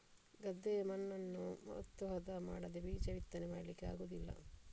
ಗದ್ದೆಯ ಮಣ್ಣನ್ನ ಉತ್ತು ಹದ ಮಾಡದೇ ಬೀಜ ಬಿತ್ತನೆ ಮಾಡ್ಲಿಕ್ಕೆ ಆಗುದಿಲ್ಲ